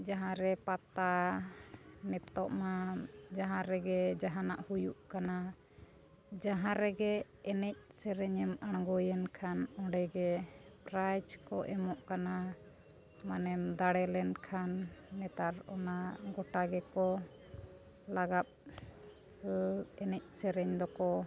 ᱡᱟᱦᱟᱸ ᱨᱮ ᱯᱟᱛᱟ ᱱᱤᱛᱚᱜ ᱢᱟ ᱡᱟᱦᱟᱸ ᱨᱮᱜᱮ ᱡᱟᱦᱟᱱᱟᱜ ᱦᱩᱭᱩᱜ ᱠᱟᱱᱟ ᱡᱟᱦᱟᱸ ᱨᱮᱜᱮ ᱮᱱᱮᱡ ᱥᱮᱨᱮᱧ ᱮᱢ ᱟᱬᱜᱚᱭᱮᱱ ᱠᱷᱟᱱ ᱚᱸᱰᱮ ᱜᱮ ᱯᱨᱟᱭᱤᱡᱽ ᱠᱚ ᱮᱢᱚᱜ ᱠᱟᱱᱟ ᱢᱟᱱᱮᱢ ᱫᱟᱲᱮ ᱞᱮᱱᱠᱷᱟᱱ ᱱᱮᱛᱟᱨ ᱚᱱᱟ ᱜᱳᱴᱟ ᱜᱮᱠᱚ ᱞᱟᱜᱟᱜ ᱮᱱᱮᱡ ᱥᱮᱨᱮᱧ ᱫᱚᱠᱚ